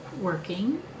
working